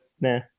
nah